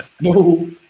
no